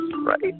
right